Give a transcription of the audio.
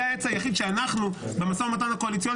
זה העץ היחיד שאנחנו במשא ומתן הקואליציוני